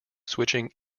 switching